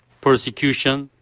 persecution,